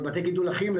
אבל בתי גידול הלחים,